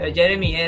Jeremy